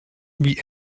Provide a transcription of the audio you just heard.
wie